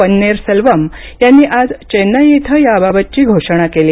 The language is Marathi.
पन्नीरसेल्वम यांनी आज चेन्नई इथं याबाबतची घोषणा केली